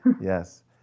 Yes